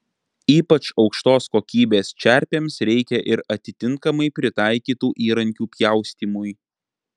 ypač aukštos kokybės čerpėms reikia ir atitinkamai pritaikytų įrankių pjaustymui